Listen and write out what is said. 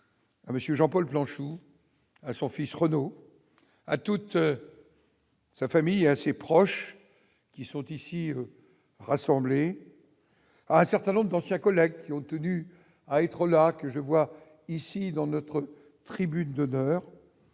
Jean-Paul Planchou, son fils Renault à toutes. Sa famille, à ses proches, qui sont ici rassemblés à un certain nombre d'anciens collègues qui ont tenu à être là que je vois ici dans notre tribune demeure,